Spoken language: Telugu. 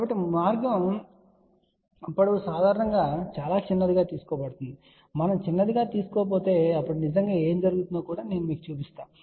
కాబట్టి ఈ మార్గం పొడవు సాధారణంగా చాలా చిన్నదిగా తీసుకోబడుతుంది మనం చిన్నగా తీసుకోకపోతే అప్పుడు నిజంగా ఏమి జరుగుతుందో కూడా నేను మీకు చూపిస్తాను